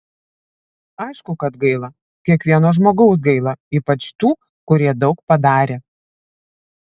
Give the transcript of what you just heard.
aišku kad gaila kiekvieno žmogaus gaila ypač tų kurie daug padarė